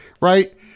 right